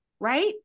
Right